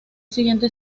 siguiente